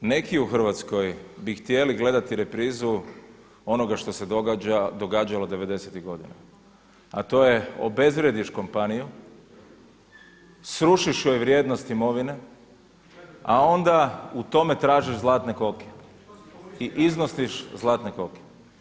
Jer neki u Hrvatskoj bi htjeli gledati reprizu onoga što se događa, događalo '90.-tih godina a to je, obezvrijediš kompaniju, srušiš joj vrijednost imovine a onda u tome tražiš zlatne koke i iznosiš zlatne koke.